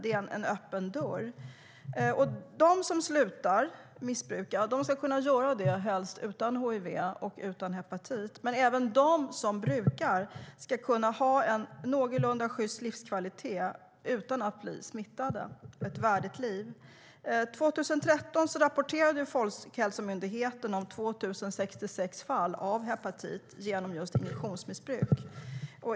Det är en öppen dörr. År 2013 rapporterade Folkhälsomyndigheten om 2 066 fall av hepatit genom just injektionsmissbruk.